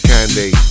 Candy